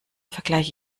vergleich